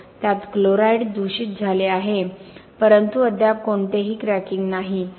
त्यात क्लोराइड दूषित झाले आहे परंतु अद्याप कोणतेही क्रॅकिंग नाही